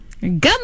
good